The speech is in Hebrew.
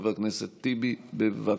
חבר הכנסת טיבי, בבקשה.